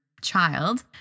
Child